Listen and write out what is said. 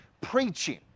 preaching